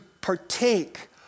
partake